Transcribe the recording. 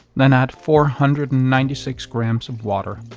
then add four hundred and ninety six grams of water.